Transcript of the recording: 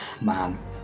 man